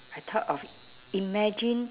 I thought of imagine